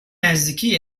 نزدیکی